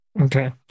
Okay